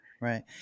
right